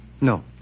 No